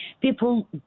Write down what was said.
People